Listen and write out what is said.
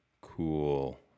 cool